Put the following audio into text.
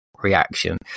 reaction